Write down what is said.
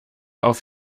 auf